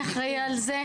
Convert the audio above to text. מי אחראי על זה,